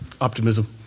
Optimism